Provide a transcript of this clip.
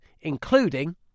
including